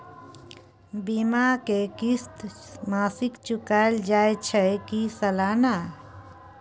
बीमा के किस्त मासिक चुकायल जाए छै की सालाना?